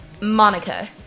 Monica